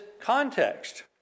context